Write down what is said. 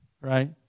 right